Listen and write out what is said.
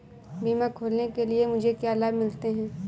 बीमा खोलने के लिए मुझे क्या लाभ मिलते हैं?